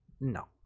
No